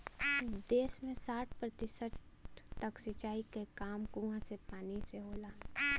देस में साठ प्रतिशत तक सिंचाई के काम कूंआ के पानी से होला